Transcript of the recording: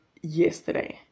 yesterday